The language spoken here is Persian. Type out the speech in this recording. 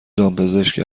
دامپزشک